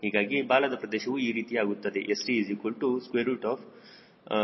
ಹೀಗಾಗಿ ಬಾಲದ ಪ್ರದೇಶವು ಈ ರೀತಿಯಾಗುತ್ತದೆ St0